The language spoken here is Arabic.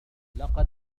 لقد